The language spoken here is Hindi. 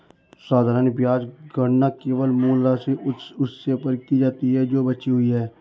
साधारण ब्याज गणना केवल मूल राशि, उस हिस्से पर की जाती है जो बची हुई है